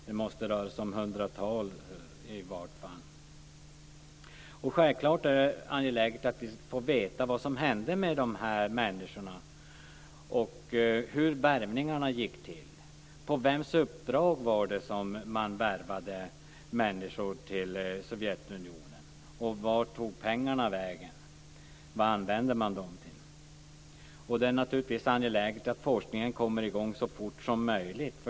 Det måste röra sig om ett hundratal. Det är självfallet angeläget att vi får veta vad som hände med de här människorna och hur värvningarna gick till. På vems uppdrag var det som man värvade människor till Sovjetunionen? Vart tog pengarna vägen? Vad använde man dem till? Det är naturligtvis angeläget att forskningen kommer i gång så fort som möjligt.